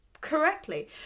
correctly